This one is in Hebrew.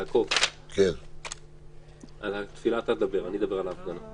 יעקב, על התפילה אתה תדבר, אני אדבר על ההפגנה.